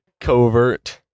Covert